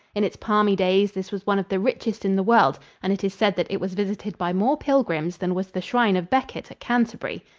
in its palmy days this was one of the richest in the world, and it is said that it was visited by more pilgrims than was the shrine of becket at canterbury.